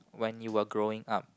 when you are growing up